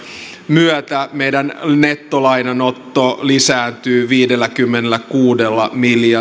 myötä meidän nettolainanotto lisääntyy viidelläkymmenelläkuudella